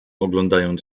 oglądając